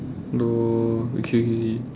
oh okay K K